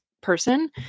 person